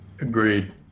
Agreed